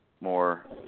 more